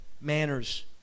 manners